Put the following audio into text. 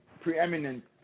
preeminent